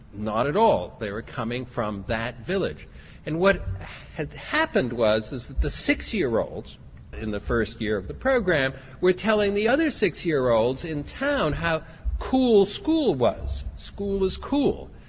not at all! they were coming from that village and what had happened was that the six year olds in the first year of the program were telling the other six year olds in town how cool school was. school is cool.